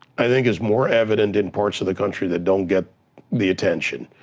i think is more evident in parts of the country that don't get the attention.